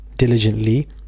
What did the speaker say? diligently